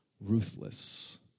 ruthless